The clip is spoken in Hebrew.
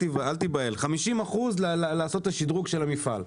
של 50% בשביל לעשות את השדרוג של המפעל,